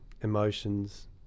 emotions